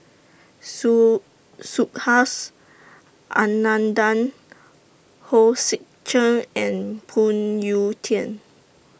Su Subhas Anandan Hong Sek Chern and Phoon Yew Tien